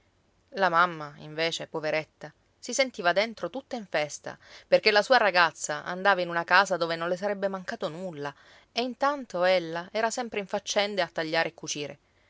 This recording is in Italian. la mamma invece poveretta si sentiva dentro tutta in festa perché la sua ragazza andava in una casa dove non le sarebbe mancato nulla e intanto ella era sempre in faccende a tagliare e cucire